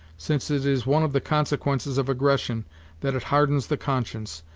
since it is one of the consequences of aggression that it hardens the conscience,